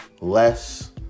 less